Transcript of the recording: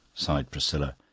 sighed priscilla,